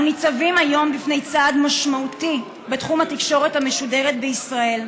אנחנו ניצבים היום בפני צעד משמעותי בתחום התקשורת המשודרת בישראל,